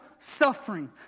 Suffering